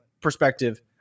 perspective